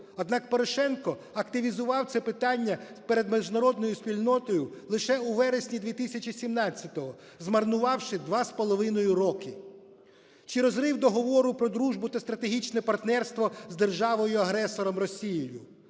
Однак Порошенко активізував це питання перед міжнародною спільнотою лише у вересні 2017-го, змарнувавши 2,5 роки. Чи розрив Договору про дружбу та стратегічне партнерство з державою-агресором Росією.